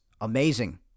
amazing